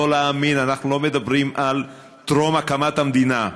לא להאמין, אנחנו לא מדברים על טרום הקמת המדינה,